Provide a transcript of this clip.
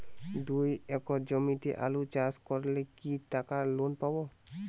দুই একর জমিতে আলু চাষ করলে কি টাকা লোন পাবো?